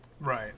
right